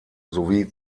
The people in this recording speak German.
sowie